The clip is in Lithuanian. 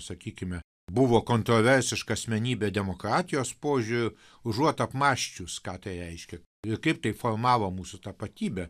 sakykime buvo kontroversiška asmenybė demokratijos požiūriu užuot apmąsčius ką tai reiškia ir kaip tai formavo mūsų tapatybę